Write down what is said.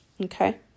Okay